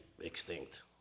extinct